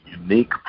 unique